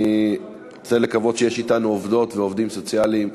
אני רוצה לקוות שיש אתנו עובדות ועובדים סוציאליים,